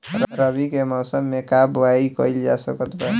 रवि के मौसम में का बोआई कईल जा सकत बा?